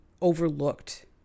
overlooked